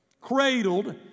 cradled